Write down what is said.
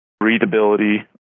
readability